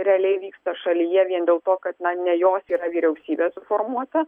realiai vyksta šalyje vien dėl to kad na ne jos yra vyriausybė suformuota